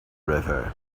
river